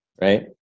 right